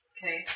Okay